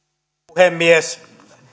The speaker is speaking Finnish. puhemies